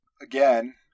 again